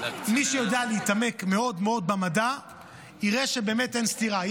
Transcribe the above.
מי שיודע להתעמק מאוד מאוד במדע יראה שבאמת אין סתירה.